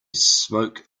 smoke